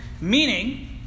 Meaning